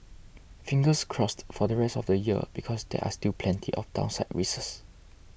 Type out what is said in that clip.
fingers crossed for the rest of the year because there are still plenty of downside risks